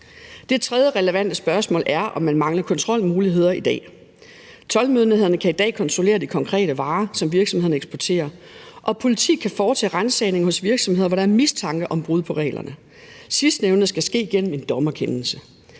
Det tredje relevante spørgsmål er, om man mangler kontrolmuligheder i dag. Toldmyndighederne kan i dag kontrollere de konkrete varer, som virksomhederne eksporterer, og politiet kan foretage ransagninger hos virksomheder, hvor der er mistanke om brud på reglerne. Sidstnævnte skal ske gennem en dommerkendelse.